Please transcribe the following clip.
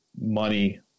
money